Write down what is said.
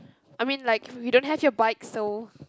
I mean like we don't have your bike so